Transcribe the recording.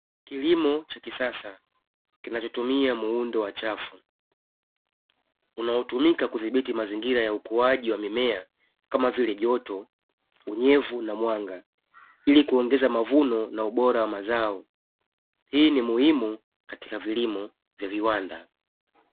Kilimo cha kisasa kinachotumia muundo wa chafu unaotumika kudhibiti mazingira ya ukuaji wa mimea kama vile: joto, unyevu na mwanga; ili kuongeza mavuno na ubora wa mazao. Hii ni muhimu katika vilimo vya viwanda.